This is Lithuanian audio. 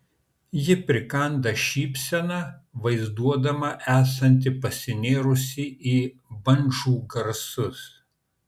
ji prikanda šypseną vaizduodama esanti pasinėrusi į bandžų garsus